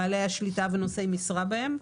בעלי השליטה ונושאי משרה בהם.